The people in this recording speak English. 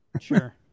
sure